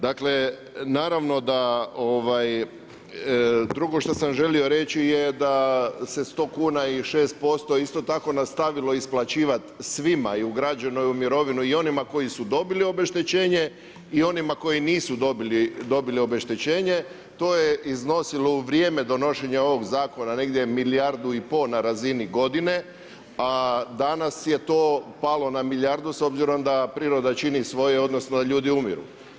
Dakle, drugo što sam želio reći da se 100 kuna i 6% isto tako nastavilo isplaćivati svima i ugrađeno je u mirovinu i onima kojima su dobili obeštećenje i onima koji nisu dobili obeštećenje, to je iznosilo u vrijeme donošenje ovog zakona negdje milijardu i pol na razini godine, a danas je to palo na milijardu s obzirom da priroda čini svoje, odnosno ljudi umiru.